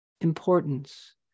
importance